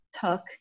took